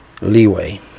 leeway